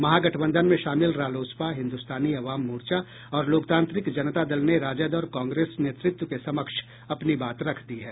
महागठबंधन में शामिल रालोसपा हिन्दुस्तानी आवाम मोर्चा और लोकतांत्रिक जनता दल ने राजद और कांग्रेस नेतृत्व के समक्ष अपनी बात रख दी है